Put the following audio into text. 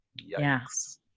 Yes